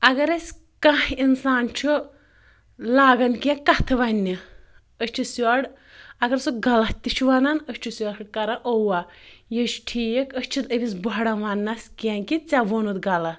اگر أسۍ کانٛہہ اِنسان چھُ لاگان کینٛہہ کَتھٕ وَننہِ أسۍ چھِس یورٕ اگر سُہ غلط تہِ چھِ وَنان أسۍ چھِس یوٚر کَران اوٚوا یہِ چھِ ٹھیٖک أسۍ چھِنہٕ أمِس بَہران وَننَس کینٛہہ کہِ ژےٚ ووٚنُتھ غلط